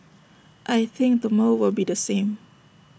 I think tomorrow will be the same